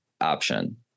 option